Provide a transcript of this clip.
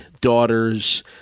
daughters